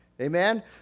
Amen